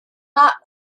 not